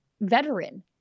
veteran